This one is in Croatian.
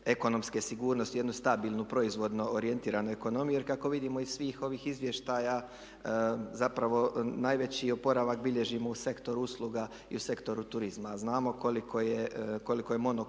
ekonomske sigurnosti, u jednu stabilnu, proizvodno orijentiranu ekonomiju. Jer kako vidimo iz svih ovih izvještaja zapravo najveći oporavak bilježimo u sektoru usluga i u sektoru turizma, a znamo koliko je monokultura,